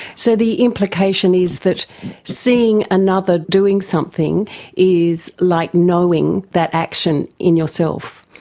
so the implication is that seeing another doing something is like knowing that action in yourself.